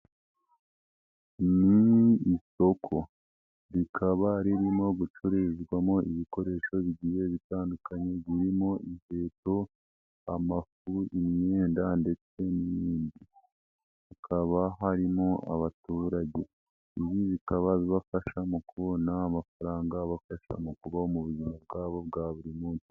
Ni isoko rikaba ririmo gucururizwamo ibikoresho bigiye bitandukanye birimo inkweto, amafu, imyenda ndetse n'ibindi. Hakaba harimo abaturage, ibi bikaba bibafasha mu kubona amafaranga abafasha mu kubaho mu buzima bwabo bwa buri munsi.